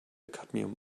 cadmium